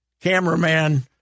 cameraman